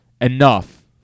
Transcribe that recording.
enough